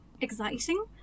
exciting